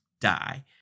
die